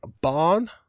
barn